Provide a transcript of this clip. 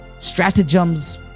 stratagems